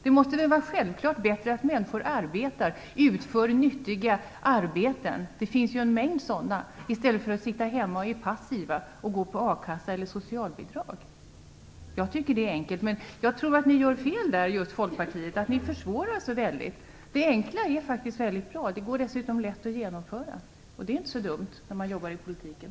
Det måste självklart vara bättre att människor arbetar och utför nyttiga arbeten - det finns ju en mängd sådana - i stället för att passivt sitta hemma och gå på a-kassa eller socialbidrag. Jag tycker att detta är enkelt. Jag tror att ni i Folkpartiet gör fel där. Ni försvårar så väldigt. Det enkla är faktiskt mycket bra. Det är dessutom lätt att genomföra det enkla, och det är inte så dumt när man jobbar inom politiken.